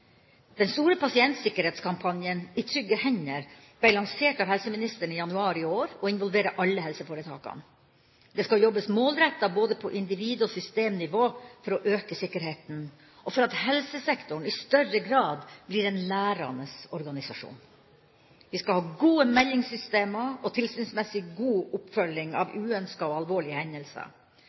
Den store pasientsikkerhetskampanjen I trygge hender ble lansert av helseministeren i januar i år og involverer alle helseforetakene. Det skal jobbes målrettet både på individ- og systemnivå for å øke sikkerheten, og for at helsesektoren i større grad blir en lærende organisasjon. Vi skal ha gode meldingssystemer og tilsynsmessig god oppfølging av uønskede og alvorlige hendelser.